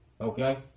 Okay